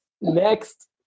next